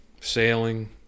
sailing